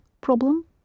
problem